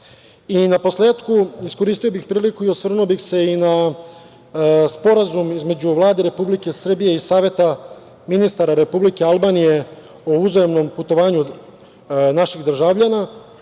posletku, iskoristio bih priliku i osvrnuo bih se i na Sporazum između Vlade Republike Srbije i Saveta ministara Republike Albanije o uzajamnom putovanju naših državljana.